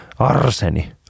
Arseni